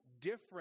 different